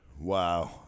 Wow